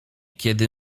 kiedy